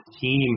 team